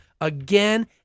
again